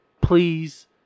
please